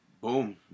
boom